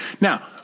now